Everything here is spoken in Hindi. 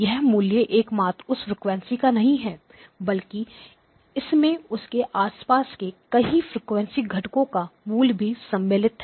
यह मूल्य एकमात्र उस फ्रीक्वेंसी का नहीं है बल्कि इसमें उसके आसपास के कई फ्रीक्वेंसी घटको का मूल्य भी सम्मिलित है